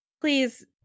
please